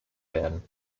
werden